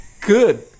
Good